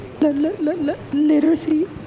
Literacy